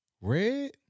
Red